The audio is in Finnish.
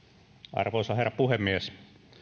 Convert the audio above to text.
arvoisa herra puhemies